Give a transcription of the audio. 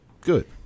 Good